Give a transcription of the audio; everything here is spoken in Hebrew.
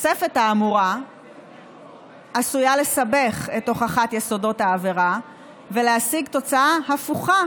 התוספת האמורה עשויה לסבך את הוכחת יסודות העבירה ולהשיג תוצאה הפוכה